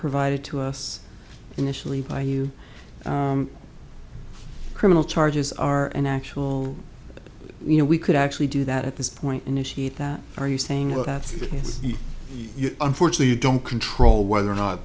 provided to us initially by you criminal charges are an actual you know we could actually do that at this point initiate that are you saying well that's it's you unfortunately don't control whether or not